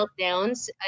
meltdowns